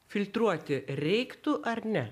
filtruoti reiktų ar ne